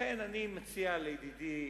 לכן, אני מציע לידידי